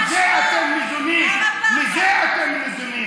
ממש לא.